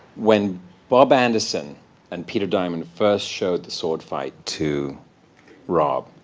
when bob anderson and peter diamond first showed the sword fight to rob,